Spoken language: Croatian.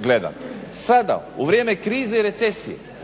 gledatelja. Sada u vrijeme krize i recesije